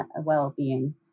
well-being